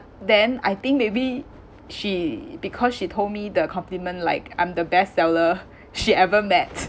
then I think maybe she because she told me the compliment like I'm the best seller she ever met